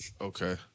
Okay